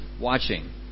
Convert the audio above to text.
watching